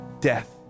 death